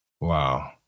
Wow